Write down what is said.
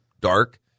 dark